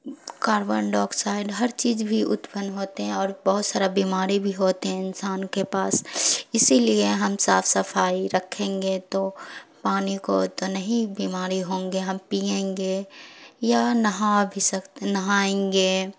carbon dioxide ہر چیز بھی اتپن ہوتے ہیں اور بہت سارا بیماری بھی ہوتے ہیں انسان کے پاس اسی لیے ہم صاف صفائی رکھیں گے تو پانی کو تو نہیں بیماری ہوں گے ہم پیئیں گے یا نہا بھی سکتے نہائیں گے